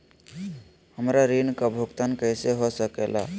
हमरा ऋण का भुगतान कैसे हो सके ला?